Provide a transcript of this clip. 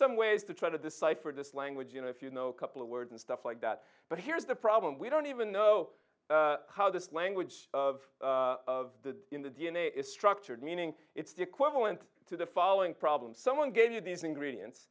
some ways to try to decipher this language you know if you know a couple of words and stuff like that but here's the problem we don't even know how this language of of the in the d n a is structured meaning it's the equivalent to the following problem someone gave you these ingredients